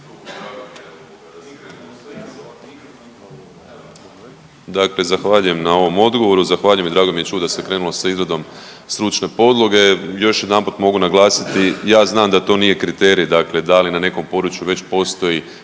dakle zahvaljujem na ovom odgovoru, zahvaljujem i drago mi je čuti da se krenulo sa izradom stručne podloge. Još jedanput mogu naglasiti, ja znam da to nije kriterij dakle da li nekom području već postoji